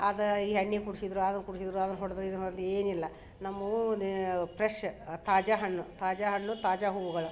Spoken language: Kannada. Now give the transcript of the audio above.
ಅದ ಈ ಎಣ್ಣೆ ಕುಡಿಸಿದ್ರು ಅದು ಕುಡಿಸಿದ್ರು ಅದನ್ನು ಹೊಡೆದು ಇದನ್ನು ಹೊಡ್ದು ಏನಿಲ್ಲ ನಮ್ಮ ಫ್ರೆಶ್ಶ ತಾಜಾ ಹಣ್ಣು ತಾಜಾ ಹಣ್ಣು ತಾಜಾ ಹೂಗಳು